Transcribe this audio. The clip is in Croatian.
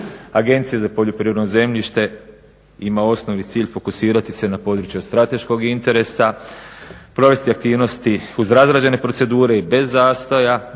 Agencija za poljoprivredno zemljište ima osnovni cilj fokusirati se na područja od strateškog interesa, provesti aktivnosti uz razrađene procedure i bez zastoja,